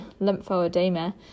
lymphoedema